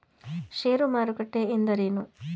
ಷೇರು ಮಾರುಕಟ್ಟೆ ಎಂದರೇನು?